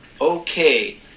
okay